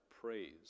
praise